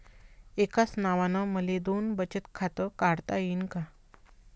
एकाच नावानं मले दोन बचत खातं काढता येईन का?